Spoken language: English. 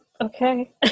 Okay